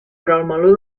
meló